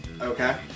Okay